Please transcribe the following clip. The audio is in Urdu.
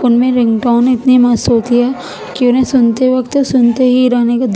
کہ ان میں رنگ ٹان اتنی مست ہوتی ہے کہ انہیں سنتے وقت سنتے ہی رہنے کا دل کرتا ہے